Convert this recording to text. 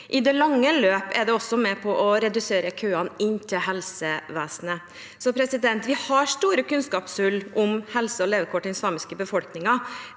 I det lange løp er det også med på å redusere køene inn til helsevesenet. Vi har store kunnskapshull om helse og levekår i den samiske befolkningen.